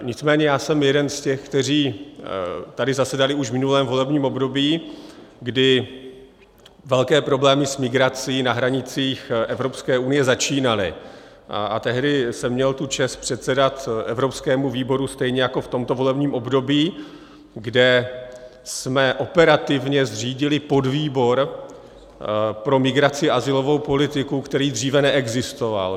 Nicméně já jsem jeden z těch, kteří tady zasedali už v minulém volebním období, kdy velké problémy s migrací na hranicích Evropské unie začínaly, a tehdy jsem měl tu čest předsedat evropskému výboru stejně jako v tomto volebním období, kde jsme operativně zřídili podvýbor pro migraci a azylovou politiku, který dříve neexistoval.